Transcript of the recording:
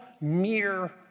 mere